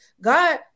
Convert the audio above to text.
God